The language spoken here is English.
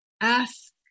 ask